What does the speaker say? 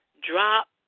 drop